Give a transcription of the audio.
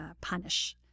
punish